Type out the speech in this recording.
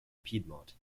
piedmont